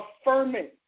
affirming